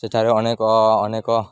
ସେଠାରେ ଅନେକ ଅନେକ